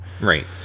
Right